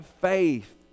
faith